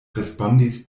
respondis